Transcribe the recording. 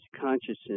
consciousness